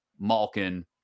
Malkin